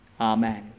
Amen